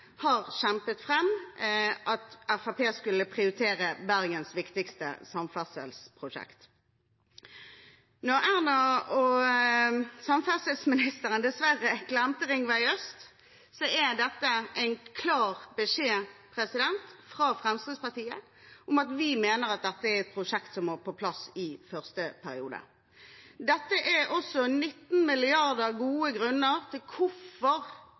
har kjempet fram at Fremskrittspartiet skulle prioritere Bergens viktigste samferdselsprosjekt. Erna Solberg og samferdselsministeren glemte dessverre Ringvei øst, så dette er en klar beskjed fra Fremskrittspartiet om at vi mener dette er et prosjekt som må på plass i første periode. Dette er også 19 milliarder gode grunner til hvorfor